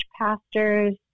pastors